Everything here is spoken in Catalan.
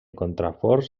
contraforts